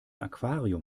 aquarium